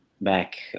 back